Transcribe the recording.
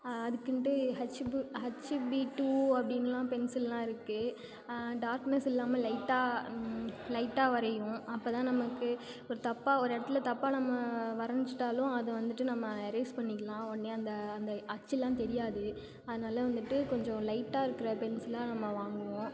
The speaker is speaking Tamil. அதுக்குன்ட்டு ஹச்சுபு ஹச்சுபிடூ அப்படின்லாம் பென்சில்லாம் இருக்குது டார்க்னஸ் இல்லாமல் லைட்டாக லைட்டாக வரையும் அப்போ தான் நமக்கு ஒரு தப்பாக ஒரு இடத்துல தப்பாக நம்ம வரஞ்சிட்டாலும் அதை வந்துட்டு நம்ம எரேஸ் பண்ணிக்கலாம் உடனே அந்த அந்த அச்சுலாம் தெரியாது அதனால வந்துட்டு கொஞ்சம் லைட்டாக இருக்கிற பென்சிலாக நம்ம வாங்குவோம்